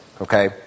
okay